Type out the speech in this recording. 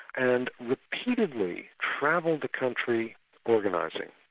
and repeatedly travelled the country organising.